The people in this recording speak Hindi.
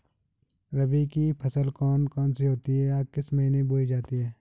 रबी की फसल कौन कौन सी होती हैं या किस महीने में बोई जाती हैं?